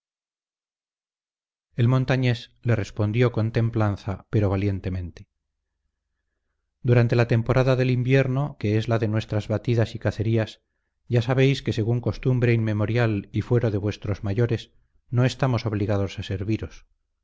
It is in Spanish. el montañés le respondió con templanza pero valientemente durante la temporada del invierno que es la de nuestras batidas y cacerías ya sabéis que según costumbre inmemorial y fuero de vuestros mayores no estamos obligados a serviros